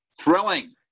thrilling